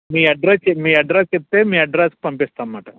మీ address చె మీ address చెప్తే మీ అడ్రస్కి పంపిస్తాము అనమాటా